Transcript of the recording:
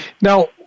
Now